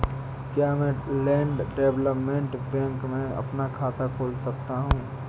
क्या मैं land development bank में अपना खाता खोल सकता हूँ?